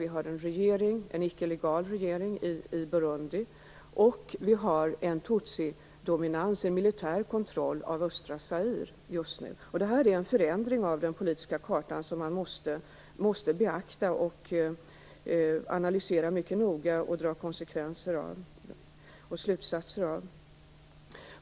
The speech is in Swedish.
Vi har en regering i Rwanda, en icke legal regering i Burundi och just nu en tutsidominans med militär kontroll av östra Zaire. Det här är en förändring av den politiska kartan som man måste beakta och analysera mycket noga och dra slutsatser av.